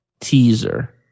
teaser